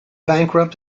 bankrupt